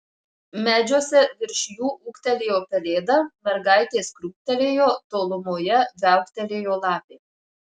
medžiuose virš jų ūktelėjo pelėda mergaitės krūptelėjo tolumoje viauktelėjo lapė